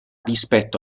rispetto